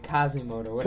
Kazimoto